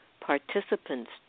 participants